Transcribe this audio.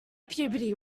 puberty